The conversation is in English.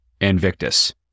Invictus